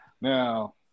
Now